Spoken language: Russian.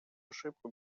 ошибку